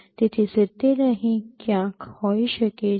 તેથી ૭૦ અહીં ક્યાંક હોઈ શકે છે